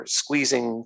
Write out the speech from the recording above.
squeezing